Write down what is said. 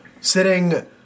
Sitting